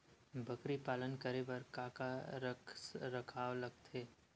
बकरी पालन करे बर काका रख रखाव लगथे?